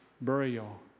burial